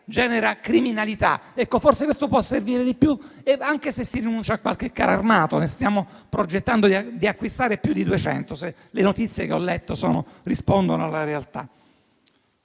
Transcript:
genera insicurezza e criminalità può servire di più, anche se si rinuncia a qualche carro armato. Stiamo progettando di acquistarne più di 200, se le notizie che ho letto rispondono alla realtà.